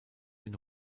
den